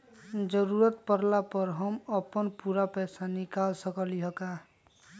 जरूरत परला पर हम अपन पूरा पैसा निकाल सकली ह का?